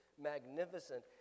magnificent